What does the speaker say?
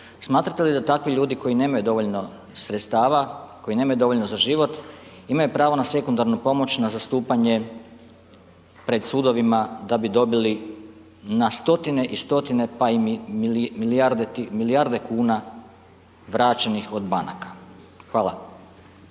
smatrate li da takvi ljudi koji nemaju dovoljno sredstava, koji nemaju dovoljno za život imaju pravo na sekundarnu pomoć na zastupanje pred sudovima da bi dobili na 100-tine i 100-tine, pa milijarde kuna vraćenih od banaka. Hvala.